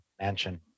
mansion